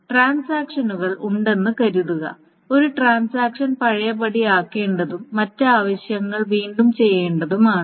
ട്രാൻസാക്ഷനുകൾ ഉണ്ടെന്ന് കരുതുക ഒരു ട്രാൻസാക്ഷൻ പഴയപടിയാക്കേണ്ടതും മറ്റ് ആവശ്യങ്ങൾ വീണ്ടും ചെയ്യേണ്ടതുമാണ്